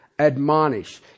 Admonish